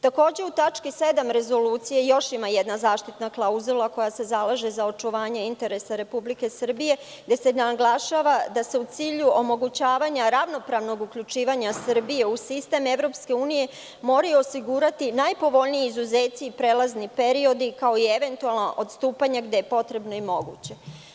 Takođe, u tački 7. rezolucije još ima jedna zaštitna klauzula koja se zalaže za očuvanje interesa Republike Srbije, gde se naglašava da se u cilju omogućavanja ravnopravnog uključivanja Srbije u sistem EU moraju osigurati najpovoljniji izuzeci i prelazni periodi, kao i eventualno odstupanje gde je potrebno i moguće.